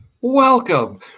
Welcome